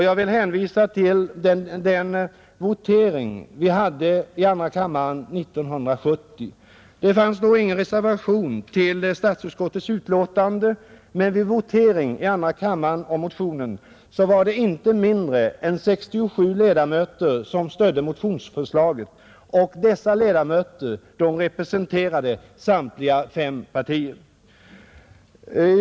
Jag vill hänvisa till voteringen i ärendet i andra kammaren 1970. Det fanns då ingen reservation vid statsutskottets utlåtande, men vid voteringen i kammaren stöddes motionsförslaget av inte mindre än 67 ledamöter representerande samtliga fem partier.